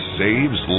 saves